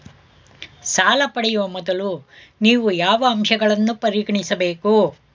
ಸಾಲ ಪಡೆಯುವ ಮೊದಲು ನೀವು ಯಾವ ಅಂಶಗಳನ್ನು ಪರಿಗಣಿಸಬೇಕು?